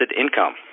income